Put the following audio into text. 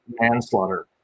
manslaughter